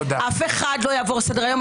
אף אחד לא יעבור על סדר היום.